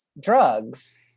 drugs